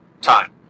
time